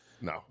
No